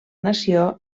nació